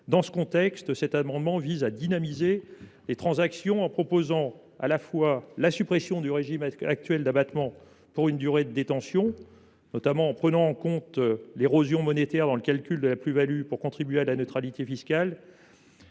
Dans ce contexte, cet amendement vise à dynamiser les transactions, en proposant la suppression du régime actuel d’abattement pour une durée de détention, en prenant en compte l’érosion monétaire dans le calcul de la plus value pour contribuer à la neutralité fiscale,